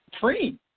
free